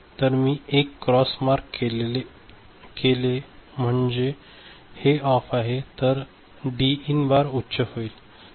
तर मी एक क्रॉस मार्क केले केले म्हणजे हे ऑफ आहे तर डी इन बार उच्च होईल